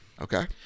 Okay